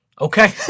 Okay